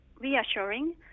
reassuring